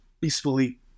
peacefully